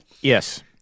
yes